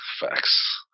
Facts